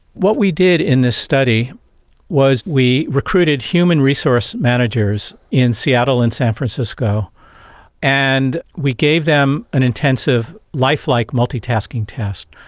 what we did in this study was we recruited human resource managers in seattle and san francisco and we gave them an intensive lifelike multitasking task.